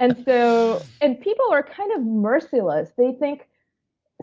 and so and people are kind of merciless. they think